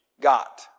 got